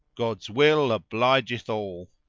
god's will obligeth all!